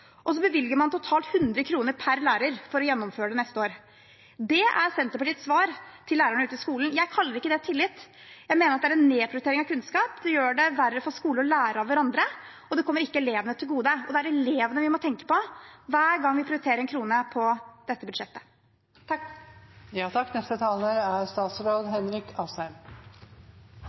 og så bevilger man totalt 100 kr per lærer for å gjennomføre det neste år. Det er Senterpartiets svar til lærerne ute i skolen. Jeg kaller ikke det tillit, jeg mener at det er en nedprioritering av kunnskap som gjør det verre for skoler å lære av hverandre, og det kommer ikke elevene til gode. Det er elevene vi må tenke på hver gang vi prioriterer en krone på dette budsjettet.